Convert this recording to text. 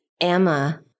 Emma